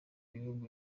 bihugu